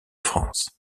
france